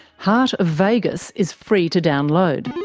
heart of vegas is free to download.